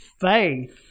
faith